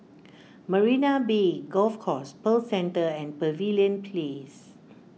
Marina Bay Golf Course Pearl Centre and Pavilion Place